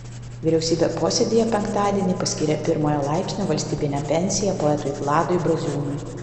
vyriausybė posėdyje penktadienį paskyrė pirmojo laipsnio valstybinę pensiją poetui vladui braziūnui